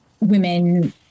Women